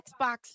xbox